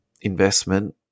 investment